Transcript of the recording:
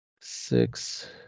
six